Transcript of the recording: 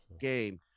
game